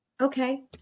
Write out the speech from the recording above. Okay